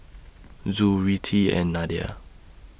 Zul Rizqi and Nadia